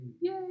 Yay